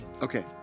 Okay